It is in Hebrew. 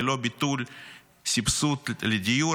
ללא ביטול סבסוד לדיור,